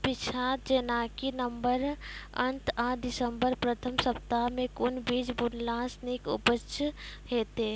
पीछात जेनाकि नवम्बर अंत आ दिसम्बर प्रथम सप्ताह मे कून बीज बुनलास नीक उपज हेते?